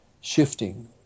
shifting